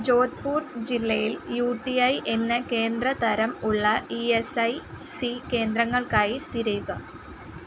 ജോധ്പ്പൂർ ജില്ലയിൽ U T I എന്ന കേന്ദ്രതരം ഉള്ള ഈ എസ് ഐ സി കേന്ദ്രങ്ങൾക്കായി തിരയുക